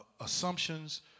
assumptions